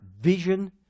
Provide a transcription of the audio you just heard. vision